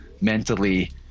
mentally